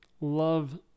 love